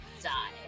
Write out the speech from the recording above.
die